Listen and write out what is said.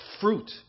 fruit